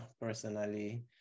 personally